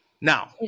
Now